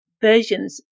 versions